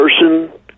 person